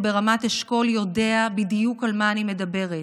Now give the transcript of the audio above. ברמת אשכול יודע בדיוק על מה אני מדברת.